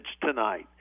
tonight